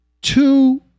two